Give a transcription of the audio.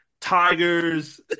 tigers